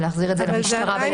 ולהחזיר את זה למשטרה?